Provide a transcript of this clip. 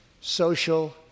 social